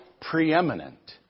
preeminent